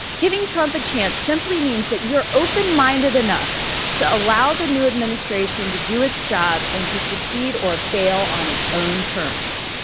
giving trump a chance simply means that you're open-minded enough to allow the new administration to do its job and to succeed or fail on its own terms.